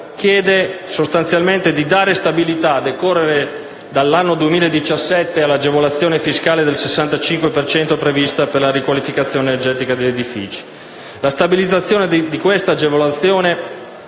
chiede sostanzialmente di dare stabilità, a decorrere dall'anno 2017 all'agevolazione fiscale del 65 per cento prevista per la riqualificazione energetica degli edifici. La stabilizzazione di questa agevolazione